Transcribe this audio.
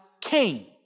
Cain